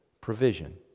provision